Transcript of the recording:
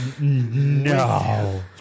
No